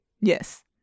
Yes